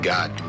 God